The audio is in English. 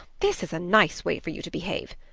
this is a nice way for you to behave.